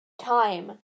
time